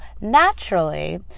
naturally